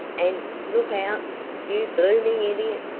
and look out you blooming idiot!